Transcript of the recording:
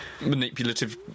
manipulative